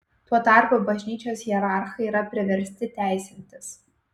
tuo tarpu bažnyčios hierarchai yra priversti teisintis